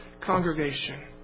congregation